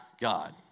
God